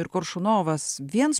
ir koršunovas viens